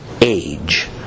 age